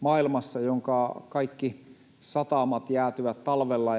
maailmassa, jonka kaikki satamat jäätyvät talvella.